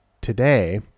today